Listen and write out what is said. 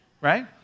Right